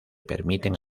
permiten